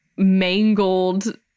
mangled